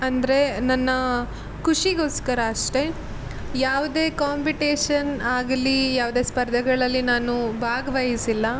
ಅಂದರೆ ನನ್ನ ಖುಷಿಗೋಸ್ಕರ ಅಷ್ಟೇ ಯಾವುದೇ ಕಾಂಪಿಟೇಶನ್ ಆಗಲಿ ಯಾವ್ದೇ ಸ್ಪರ್ಧೆಗಳಲ್ಲಿ ನಾನು ಭಾಗವಹಿಸಿಲ್ಲ